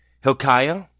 Hilkiah